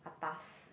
atas